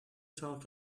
talk